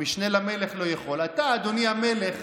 המשנה למלך לא יכול, אתה, אדוני המלך,